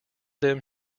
them